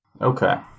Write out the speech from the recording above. Okay